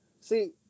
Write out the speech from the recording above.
See